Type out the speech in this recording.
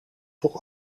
toch